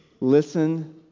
Listen